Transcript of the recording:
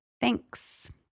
Thanks